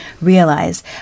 realize